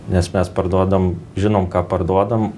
nes mes parduodam žinom ką parduodam